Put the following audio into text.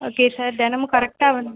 okay sir தினமும் கரெக்டாக வந்து